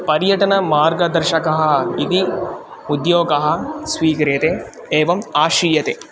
पर्यटनमार्गदर्शकः इति उद्योगः स्वीक्रियते एवम् आश्रीयते